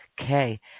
Okay